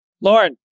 Lauren